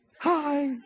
Hi